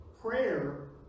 Prayer